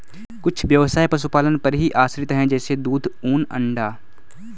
कुछ ब्यवसाय पशुपालन पर ही आश्रित है जैसे दूध, ऊन, अंडा